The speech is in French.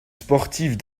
sportives